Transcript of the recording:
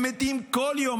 הם מתים כל יום.